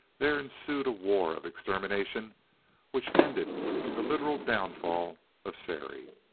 there ensued a war of extermination which ended in the literal downfall of sary.